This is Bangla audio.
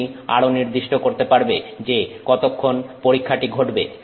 তুমি আরো নির্দিষ্ট করতে পারবে যে কতক্ষণ পরীক্ষাটি ঘটবে